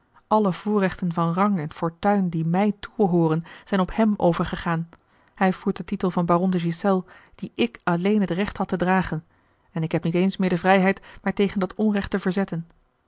alle voorrechten van rang en fortuin die mij toebehooren zijn op hem overgegaan hij voert den titel van baron de ghiselles dien ik alleen het recht had te dragen en ik heb niet eens meer de vrijheid mij tegen dat onrecht te verzetten